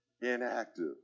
inactive